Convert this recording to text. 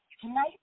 Tonight